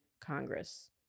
Congress